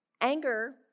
Anger